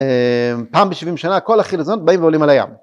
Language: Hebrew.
פעם בשבעים שנה, כל החילזון באים ועולים על הים.